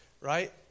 right